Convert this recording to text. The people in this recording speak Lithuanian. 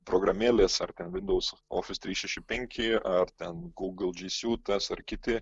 programėlės ar ten windows office trys šeši penki ar ten google dži siūtas ar kiti